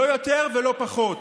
לא יותר ולא פחות.